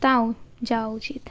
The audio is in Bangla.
তাও যাওয়া উচিত